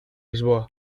lisboa